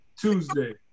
Tuesday